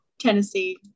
Tennessee